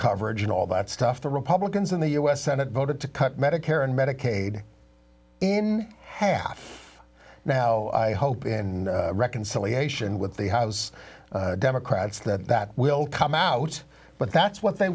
coverage and all that stuff the republicans in the u s senate voted to cut medicare and medicaid in half now i hope in reconciliation with the house democrats that that will come out but that's what they